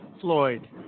Floyd